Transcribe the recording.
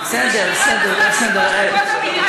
זו הרחבת סמכות,